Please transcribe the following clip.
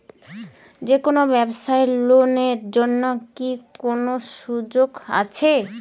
যে কোনো ব্যবসায়ী লোন এর জন্যে কি কোনো সুযোগ আসে?